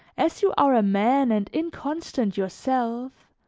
as you are a man and inconstant yourself,